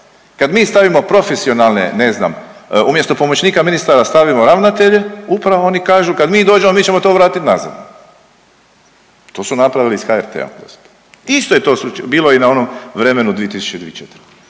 Kad mi stavimo profesionalne, ne znam, umjesto pomoćnika ministara stavimo ravnatelje upravo oni kažu kad mi dođemo mi ćemo to vratiti nazad, to su napravili iz HRT-a. Isto je to bilo i na onom vremenu 2000.